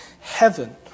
heaven